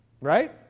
Right